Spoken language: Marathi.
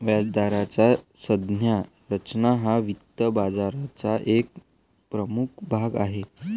व्याजदराची संज्ञा रचना हा वित्त बाजाराचा एक प्रमुख भाग आहे